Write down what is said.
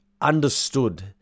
understood